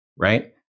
right